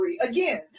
Again